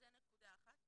זו נקודה אחת.